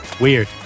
weird